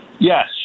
Yes